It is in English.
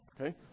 Okay